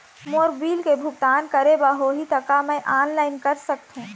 मोर bill के भुगतान करे बर होही ता का मैं ऑनलाइन कर सकथों?